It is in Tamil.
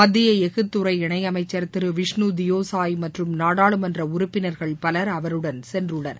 மத்திய எஃகு துறை இணையமைச்சர் திரு விஷ்ணு தியோசாய் மற்றும் நாடாளுமன்ற உறுப்பினர்கள் பலர் அவருடன் சென்றுள்ளனர்